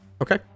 Okay